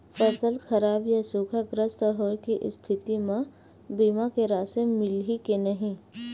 फसल खराब या सूखाग्रस्त होय के स्थिति म बीमा के राशि मिलही के नही?